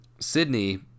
Sydney